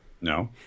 No